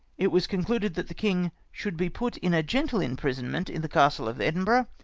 it was con cluded that the king should be put in a gentle imprisonment in the castle of edinburgh,